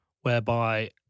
whereby